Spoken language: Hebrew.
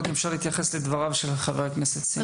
אם אפשר להתייחס לדבריו של חבר הכנסת סימון דוידסון.